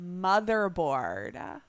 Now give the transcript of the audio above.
Motherboard